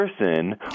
person